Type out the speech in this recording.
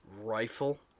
Rifle